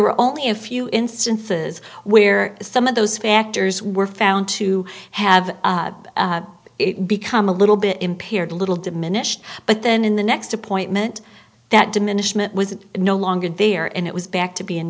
were only a few instances where some of those factors were found to have become a little bit impaired little diminished but then in the next appointment that diminishment was no longer there and it was back to be